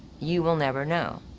you will never know.